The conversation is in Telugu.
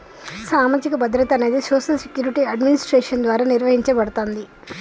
సామాజిక భద్రత అనేది సోషల్ సెక్యూరిటీ అడ్మినిస్ట్రేషన్ ద్వారా నిర్వహించబడతాంది